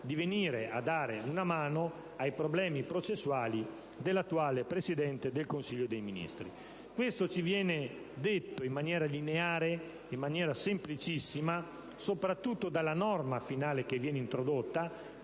di venire a dare una mano per i problemi processuali dell'attuale Presidente del Consiglio dei ministri. Questo ci viene detto, in maniera lineare e semplicissima, soprattutto dalla norma finale che viene introdotta,